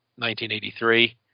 1983